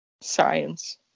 science